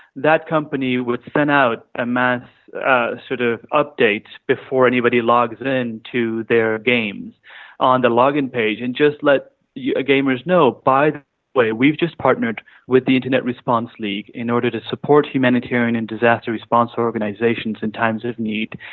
that company would send out a mass ah sort of update before anybody logs in to their games on the log-in page and just let the gamers know, by the way, we've just partnered with the internet response league in order to support humanitarian and disaster response organisations in times of need,